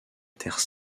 terre